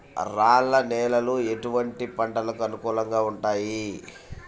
రాళ్ల నేలలు ఎటువంటి పంటలకు అనుకూలంగా ఉంటాయి?